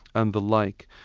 and the like.